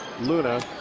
Luna